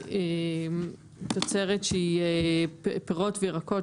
יש תוצרת שהיא פירות וירקות,